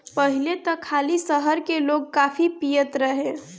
पहिले त खाली शहर के लोगे काफी पियत रहे